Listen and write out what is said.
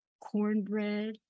cornbread